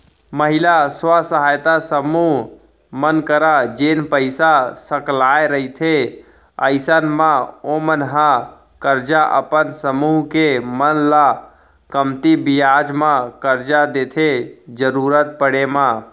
महिला स्व सहायता समूह मन करा जेन पइसा सकलाय रहिथे अइसन म ओमन ह करजा अपन समूह के मन ल कमती बियाज म करजा देथे जरुरत पड़े म